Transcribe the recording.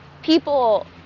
people